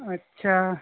अच्छा